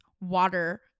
water